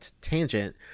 tangent